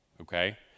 Okay